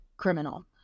criminal